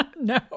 No